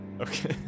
Okay